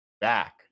back